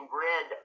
red